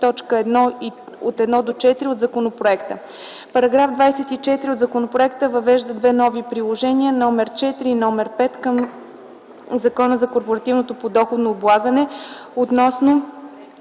Параграф 24 от законопроекта въвежда две нови приложения –№ 4 и № 5 към Закона за корпоративното подоходно облагане, относно